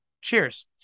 cheers